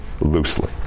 loosely